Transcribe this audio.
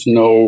no